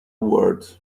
world